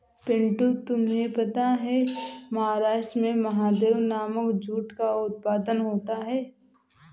पिंटू तुम्हें पता है महाराष्ट्र में महादेव नामक जूट का उत्पादन होता है